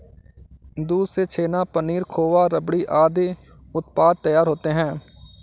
दूध से छेना, पनीर, खोआ, रबड़ी आदि उत्पाद तैयार होते हैं